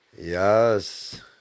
Yes